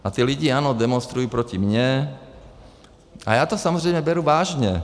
A ti lidé, ano, demonstrují proti mně a já to samozřejmě beru vážně.